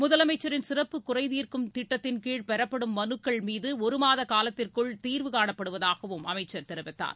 முதலமைச்சரின் சிறப்பு குறைதீர்க்கும் கூட்டத்தின்கீழ் பெறப்படும் மனுக்கள் மீது ஒரு மாத காலத்திற்குள் தீர்வு காணப்படுவதாகவும் அமைச்சர் தெரிவித்தார்